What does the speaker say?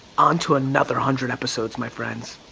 on to another hundred episodes, my friends.